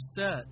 set